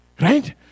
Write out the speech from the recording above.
right